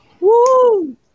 woo